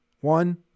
one